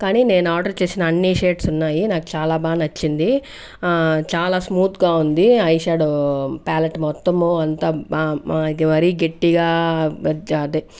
కానీ నేను ఆర్డర్ చేసిన అన్ని షేడ్స్ ఉన్నాయి నాకు చాలా బాగా నచ్చింది చాలా స్మూత్గా ఉంది ఐ షాడో ప్యాలెట్ మొత్తము అంతా మరి గట్టిగా అదే